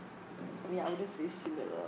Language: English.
ya I'll just say similar